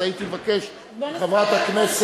אז הייתי מבקש מחברת הכנסת